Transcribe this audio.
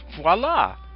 voila